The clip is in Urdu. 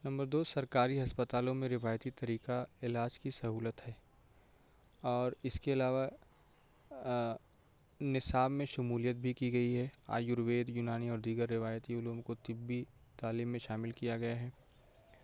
نمبر دو سرکاری ہسپتالوں میں روایتی طریقہ علاج کی سہولت ہے اور اس کے علاوہ نصاب میں شمولیت بھی کی گئی ہے آیوروید یونانی اور دیگر روایتی علوم کو طبی تعلیم میں شامل کیا گیا ہے